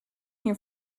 here